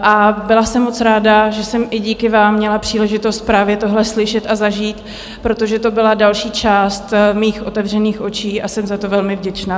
A byla jsem moc ráda, že jsem i díky vám měla příležitost právě tohle slyšet a zažít, protože to byla další část mých otevřených očí a jsem za to velmi vděčná.